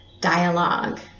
dialogue